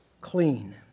clean